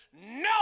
No